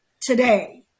today